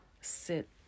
sit